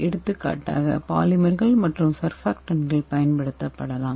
எடுத்துக்காட்டாக பாலிமர்கள் மற்றும் சர்பாக்டான்ட்களை பயன்படுத்தப்படலாம்